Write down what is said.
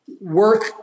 work